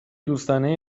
دوستانه